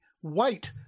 white